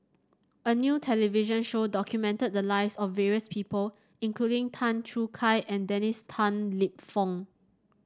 a new television show documented the lives of various people including Tan Choo Kai and Dennis Tan Lip Fong